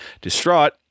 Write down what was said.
Distraught